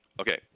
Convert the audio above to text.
Okay